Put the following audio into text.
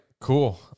cool